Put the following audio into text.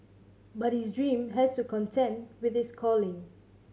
but his dream has to contend with his calling